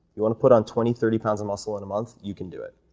you wanna put on twenty, thirty pounds of muscle in a month, you can do it